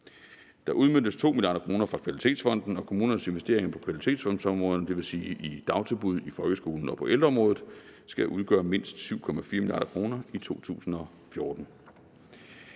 Der udmøntes 2 mia. kr. fra Kvalitetsfonden, og kommunernes investeringer på Kvalitetsfondsområderne – det vil sige i dagtilbud, i folkeskolen og på ældreområdet – skal udgøre mindst 7,4 mia. kr. i 2014.